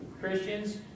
Christians